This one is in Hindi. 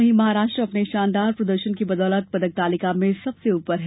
वहीं महाराष्ट्र अपने शानदार प्रदर्शन की बदौलत पदक तालिका में सबसे ऊपर है